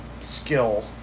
skill